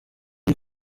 iri